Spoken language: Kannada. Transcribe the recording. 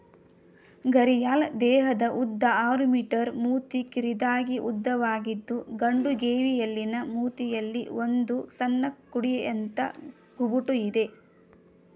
ಘರಿಯಾಲ್ ದೇಹದ ಉದ್ದ ಆರು ಮೀ ಮೂತಿ ಕಿರಿದಾಗಿ ಉದ್ದವಾಗಿದ್ದು ಗಂಡು ಗೇವಿಯಲಿನ ಮೂತಿಯಲ್ಲಿ ಒಂದು ಸಣ್ಣ ಕುಡಿಕೆಯಂಥ ಗುಬುಟು ಇದೆ